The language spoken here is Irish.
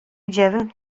deimhin